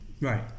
Right